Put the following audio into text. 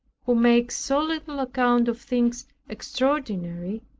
who makes so little account of things extraordinary,